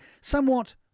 somewhat